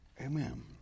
Amen